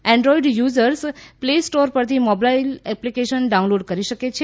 Android users play store પરથી mobile application download કરી શકે છે